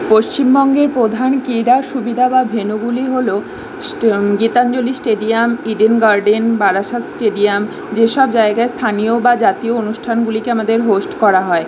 পশ্চিমবঙ্গের প্রধান ক্রীড়া সুবিধা বা ভেন্যুগুলি হলো Gitanjali stadium Eden Garden Barasat stadium যেসব জায়গায় স্থানীয় বা জাতীয় অনুষ্ঠানগুলিকে আমাদের হোস্ট করা হয়